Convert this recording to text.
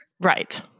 Right